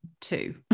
two